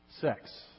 sex